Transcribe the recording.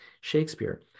Shakespeare